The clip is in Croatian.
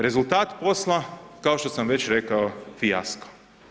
Rezultat poslao kao što sam već rekao, fijasko.